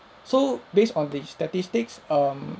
so based on these statistics um